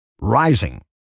rising